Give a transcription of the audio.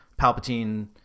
Palpatine